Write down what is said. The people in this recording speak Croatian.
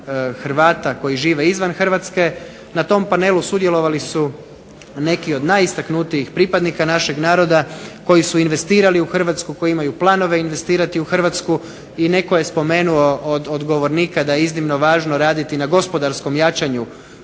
Hrvata koji žive izvan Hrvatske. Na tom panelu sudjelovali su neki od najistaknutijih pripadnika našeg naroda koji su investirali u Hrvatsku, koji imaju planove investirati u Hrvatsku i netko je spomenuo od govornika da je iznimno važno raditi na gospodarskom jačanju